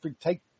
Take